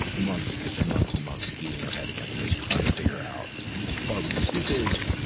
months and months and months of beating our head against this, trying to figure out are we stupid?